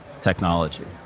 technology